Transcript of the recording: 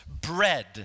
bread